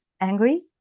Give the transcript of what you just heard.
angry